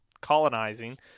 colonizing